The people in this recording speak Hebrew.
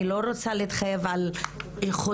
אני לא רוצה להתחייב על חודשיים,